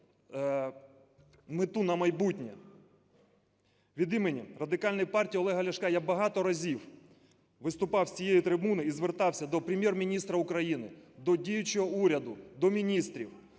мету на майбутнє. Від імені Радикальної партії Олега Ляшка я багато разів виступав з цієї трибуни і звертався до Прем’єр-міністра України, до діючого уряду, до міністрів,